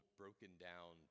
broken-down